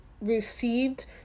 received